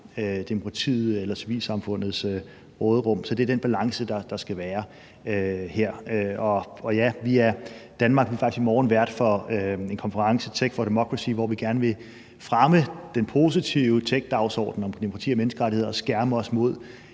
demokratiet eller civilsamfundets råderum. Så det er den balance, der skal være her. Og ja, Danmark er faktisk i morgen vært for en konference, Tech for Democracy, hvor vi gerne vil fremme den positive techdagsorden om demokrati og menneskerettigheder og skærme os mod